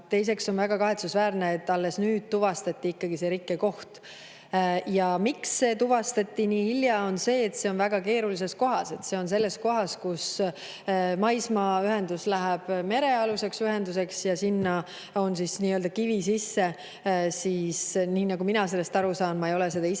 teiseks on väga kahetsusväärne, et alles nüüd tuvastati see rikkekoht. Ja miks see tuvastati nii hilja, on see, et see on väga keerulises kohas. See on selles kohas, kus maismaaühendus läheb üle merealuseks ühenduseks, ja sinna on – nii nagu mina sellest aru saan, ma ei ole seda ise